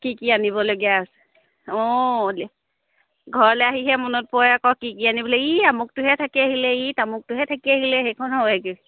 কি কি আনিবলগীয়া আছে অঁ ঘৰলৈ আহিহে মনত পৰে আকৌ কি কি আনিবলৈ ই আমুকটোহে থাকি আহিলে ই তামুকটোহে থাকি আহিলে সেইখন হয়গৈ